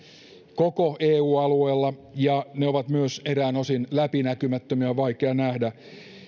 koko eu alueella ja ne ovat myös eräin osin läpinäkymättömiä on vaikea nähdä